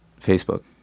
Facebook